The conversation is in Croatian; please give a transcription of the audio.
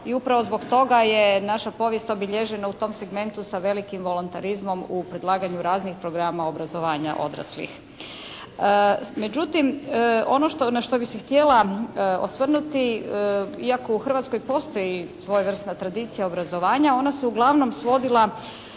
I upravo zbog toga je naša povijest obilježena u tom segmentu sa velikim voluntarizmom u predlaganju raznih programa obrazovanja odraslih. Međutim, ono na što bih se htjela osvrnuti, iako u Hrvatskoj postoji svojevrsna tradicija obrazovanja, ona se uglavnom svodila